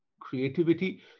creativity